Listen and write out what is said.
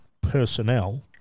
personnel